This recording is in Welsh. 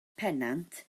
pennant